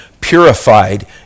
purified